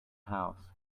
house